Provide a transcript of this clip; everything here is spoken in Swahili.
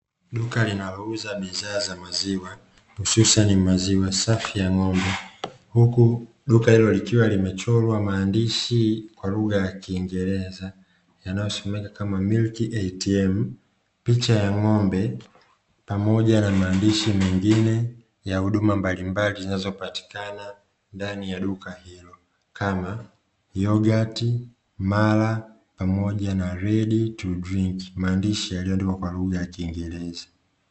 Duka linalouza bidhaa za maziwa hususan maziwa safi ya ng'ombe. Huku duka hilo likiwa limechorwa maandishi kwa lugha ya kingereza yanayosomeka kama "MILIKI ATM", picha ya ng'ombe pamoja na maandishi mengine ya huduma mbalimbali zinazopatikana ndani ya duka hilo; kama: yogati, mala pamoja na "ready to drink"; maandishi yaliyoandikwa kwa lugha ya kingereza.